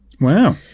Wow